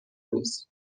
روز